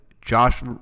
Josh